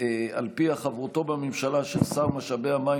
שעל פיה חברותו בממשלה של שר משאבי המים